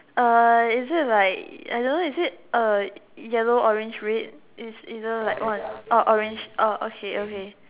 uh is it like I don't know is it uh yellow orange red is either like one oh orange oh okay okay